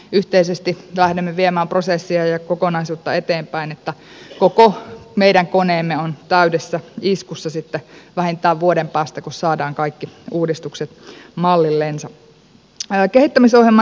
yhteisesti lähdemme viemään prosessia ja kokonaisuutta eteenpäin niin että koko meidän koneemme on täydessä iskussa sitten vähintään vuoden päästä kun saadaan kaikki uudistukset mallillensa